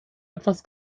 etwas